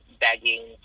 begging